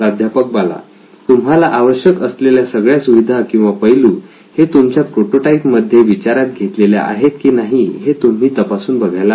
प्राध्यापक बाला तुम्हाला आवश्यक असलेल्या सगळ्या सुविधा किंवा पैलू हे तुमच्या प्रोटोटाइप मध्ये विचारात घेतलेल्या आहेत की नाही हे तुम्ही तपासून बघायला हवे